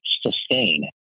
sustain